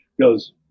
goes